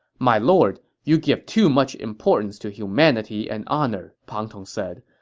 my lord, you give too much importance to humanity and honor, pang tong said.